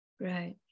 Right